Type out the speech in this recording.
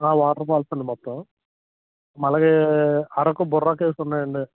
waterfalls అండి మొత్తం అలాగే అరకు బోర్రా కేవ్స్ ఉన్నాయి అండి